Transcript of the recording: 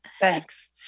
Thanks